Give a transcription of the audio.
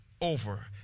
over